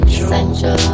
Essential